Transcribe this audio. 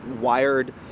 wired